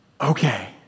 okay